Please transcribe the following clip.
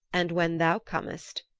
and when thou comest,